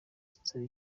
nsaba